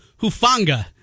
Hufanga